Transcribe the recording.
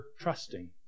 trusting